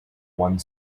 one